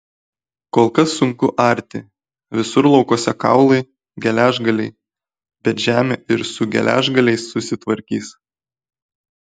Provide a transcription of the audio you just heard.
kol kas sunku arti visur laukuose kaulai geležgaliai bet žemė ir su geležgaliais susitvarkys